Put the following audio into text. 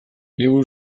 liburu